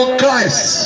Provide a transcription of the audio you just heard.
Christ